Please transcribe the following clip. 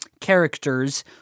characters